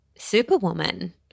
superwoman